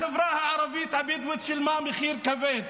החברה הערבית הבדואית שילמה מחיר כבד.